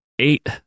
eight